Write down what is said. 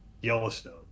Yellowstone